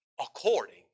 according